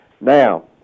Now